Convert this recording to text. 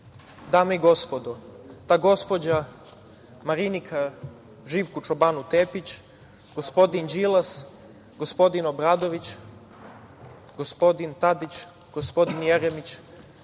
i gospodo, ta gospođa Marinka Živku Čobanu Tepić, gospodin Đilas, gospodin Obradović, gospodin Tadić, gospodin Jeremić,